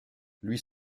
lui